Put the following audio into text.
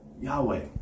Yahweh